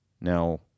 Now